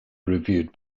reviewed